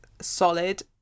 solid